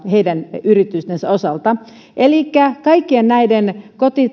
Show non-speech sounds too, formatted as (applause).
heidän yritystensä osalta elikkä kaikkien koti (unintelligible)